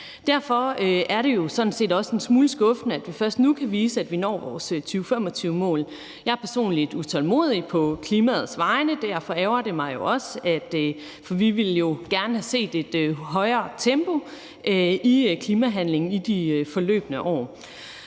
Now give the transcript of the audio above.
jo sådan set også en smule skuffende, at vi først nu kan vise, at vi når vores 2025-mål. Jeg er personligt utålmodig på klimaets vegne, og derfor ærgrer det mig jo også, at vi ikke har set et højere tempo i klimahandlingen i de forløbne år.